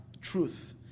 truth